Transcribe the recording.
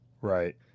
Right